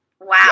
wow